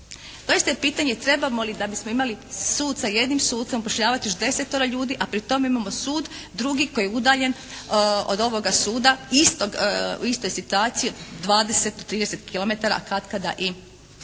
je pitanje trebamo li da bismo imali sud sa jednim sucem upošljavati još desetoro ljudi, a pri tome imamo sud drugi koji je udaljen od ovoga suda istog, u istoj situaciji dvadeset,